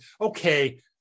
okay